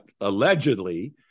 allegedly